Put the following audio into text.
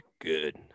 good